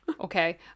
Okay